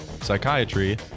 psychiatry